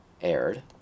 aired